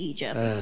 Egypt